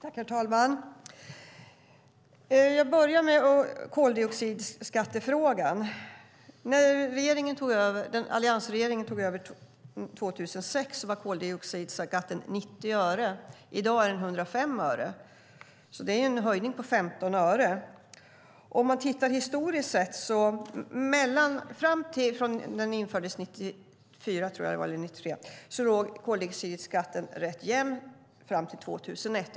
Herr talman! Jag börjar med koldioxidskattefrågan. När alliansregeringen tog över 2006 var koldioxidskatten 90 öre. I dag är den 105 öre. Det är en höjning på 15 öre. Man kan titta på det historiskt. Jag tror att den infördes 1994 eller 1993. Koldioxidskatten var rätt jämn fram till 2001.